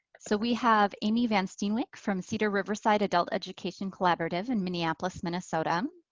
so we have amy van steenwyk from cedar riverside adult education collaborative in minneapolis, minnesota. um